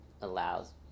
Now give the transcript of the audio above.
allows